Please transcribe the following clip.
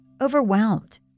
Overwhelmed